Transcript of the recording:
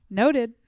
noted